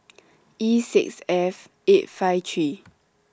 E six F eight five three